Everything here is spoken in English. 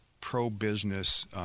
pro-business